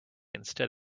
instead